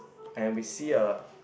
and we see a